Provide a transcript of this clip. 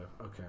Okay